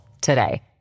today